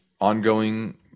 ongoing